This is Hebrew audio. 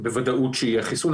בוודאות שיהיה חיסון.